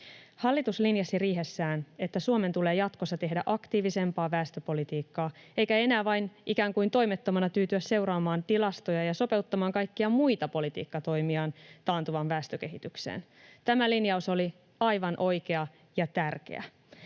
Hallitus linjasi riihessään, että Suomen tulee jatkossa tehdä aktiivisempaa väestöpolitiikkaa eikä enää vain ikään kuin toimettomana tyytyä seuraamaan tilastoja ja sopeuttaa kaikkia muita politiikkatoimiaan taantuvaan väestökehitykseen. Tämä linjaus oli aivan oikea ja tärkeä.